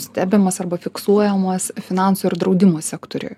stebimas arba fiksuojamas finansų ir draudimo sektoriuj